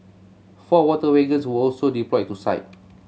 four water wagons were also deployed to site